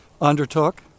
undertook